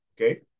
okay